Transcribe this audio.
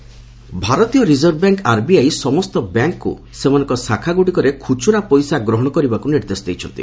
RBI କଏନୁ ଭାରତୀୟ reserve bank RBI ସମସ୍ତ ବ୍ୟାଙ୍କକୁ ସେମାନଙ୍କର ଶାଖାଗୁଡ଼ିକରେ ଖୁଚୁରା ପଇସା ଗ୍ରହଣ କରିବାକୁ ନିର୍ଦ୍ଦେଶ ଦେଇଛନ୍ତି